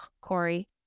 Corey